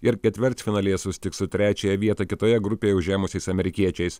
ir ketvirtfinalyje susitiks su trečiąją vietą kitoje grupėje užėmusiais amerikiečiais